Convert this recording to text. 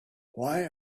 why